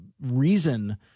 reason